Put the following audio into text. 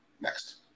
Next